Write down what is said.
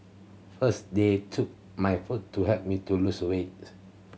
first they took my food to help me to lose a weight